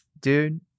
dude